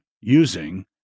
using